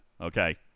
okay